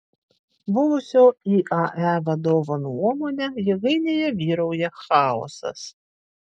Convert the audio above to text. buvusio iae vadovo nuomone jėgainėje vyrauja chaosas